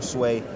Sway